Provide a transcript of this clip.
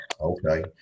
okay